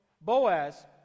Boaz